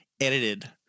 edited